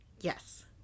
Yes